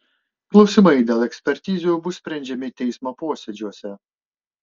klausimai dėl ekspertizių bus sprendžiami teismo posėdžiuose